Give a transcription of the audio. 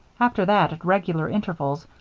after that at regular intervals,